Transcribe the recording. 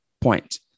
point